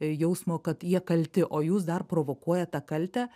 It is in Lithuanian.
jausmo kad jie kalti o jūs dar provokuojat tą kaltę